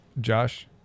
Josh